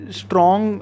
strong